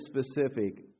specific